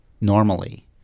normally